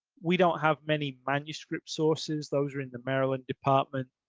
we don't have many manuscripts sources. those are in the maryland department.